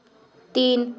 तीन